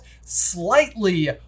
slightly